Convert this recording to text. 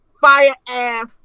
fire-ass